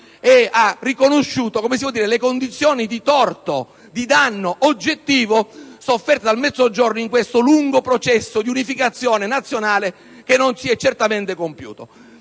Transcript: riconoscendo le condizioni di torto e il danno oggettivo sofferti dal Mezzogiorno in questo lungo processo di unificazione nazionale, che non si è certamente compiuto.